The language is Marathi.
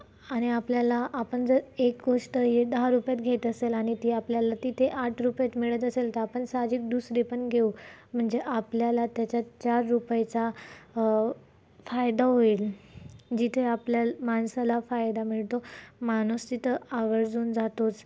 आणि आपल्याला आपण जर एक गोष्ट हे दहा रुपयात घेत असेल आणि ती आपल्याला तिथे आठ रुपयात मिळत असेल तर आपण साहजिक दुसरी पण घेऊ म्हणजे आपल्याला त्याच्यात चार रुपयेचा फायदा होईल जिथे आपल्याला माणसाला फायदा मिळतो माणूस तिथं आवर्जून जातोच